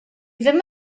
ddim